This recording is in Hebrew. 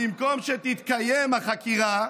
במקום שתתקיים החקירה,